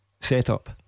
setup